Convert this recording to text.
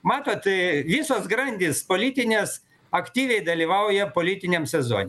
matot visos grandys politinės aktyviai dalyvauja politiniam sezone